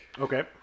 Okay